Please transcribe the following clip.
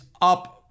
up